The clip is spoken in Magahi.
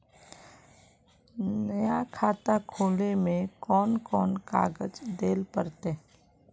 नया खाता खोले में कौन कौन कागज देल पड़ते?